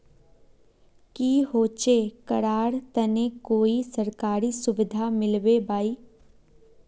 की होचे करार तने कोई सरकारी सुविधा मिलबे बाई?